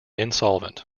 insolvent